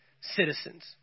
citizens